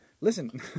Listen